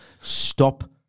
Stop